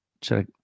check